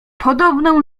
podobną